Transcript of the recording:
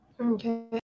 Okay